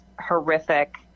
horrific